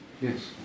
Yes